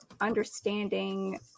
understanding